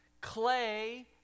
Clay